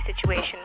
situation